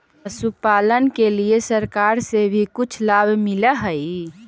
पशुपालन के लिए सरकार से भी कुछ लाभ मिलै हई?